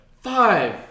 Five